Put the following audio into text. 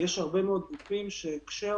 יש הרבה מאוד גופים שימשיכו להיות מושבתים בצורה כזאת